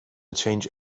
change